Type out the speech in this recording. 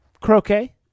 croquet